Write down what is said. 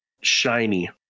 Shiny